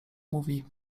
mówi